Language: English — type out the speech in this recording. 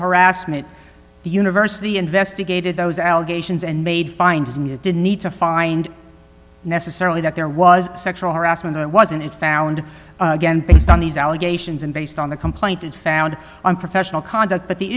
harassment the university investigated those allegations and made finds and you didn't need to find necessarily that there was sexual harassment and wasn't it found again based on these allegations and based on the complaint it found unprofessional conduct but the